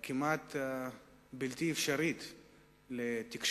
שם כמעט בלתי אפשרית לתקשורת,